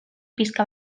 pixka